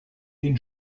den